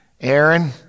Aaron